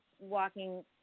walking